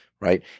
right